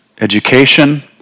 education